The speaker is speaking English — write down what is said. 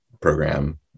Program